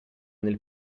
nel